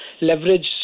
leverage